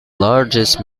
largest